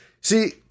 See